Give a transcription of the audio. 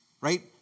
right